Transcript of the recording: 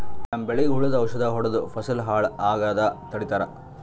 ನಮ್ಮ್ ಬೆಳಿಗ್ ಹುಳುದ್ ಔಷಧ್ ಹೊಡ್ದು ಫಸಲ್ ಹಾಳ್ ಆಗಾದ್ ತಡಿತಾರ್